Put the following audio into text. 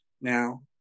now